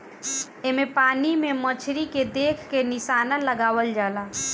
एमे पानी में मछरी के देख के निशाना लगावल जाला